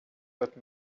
let